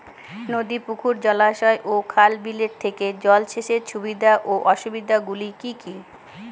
নদী পুকুর জলাশয় ও খাল বিলের থেকে জল সেচের সুবিধা ও অসুবিধা গুলি কি কি?